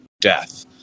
death